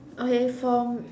okay for